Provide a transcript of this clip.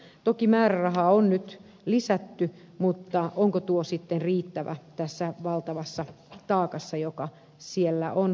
toki määrärahaa on nyt lisätty mutta onko tuo sitten riittävä tässä valtavassa taakassa joka siellä on kannettavana